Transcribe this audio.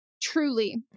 Truly